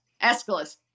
Aeschylus